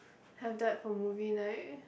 have that for movie night